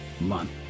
month